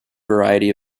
variety